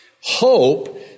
hope